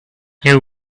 you